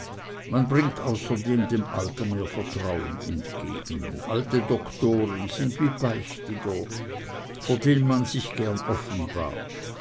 man bringt außerdem dem alter mehr vertrauen entgegen alte doktoren sind wie beichtiger vor denen man sich gern offenbart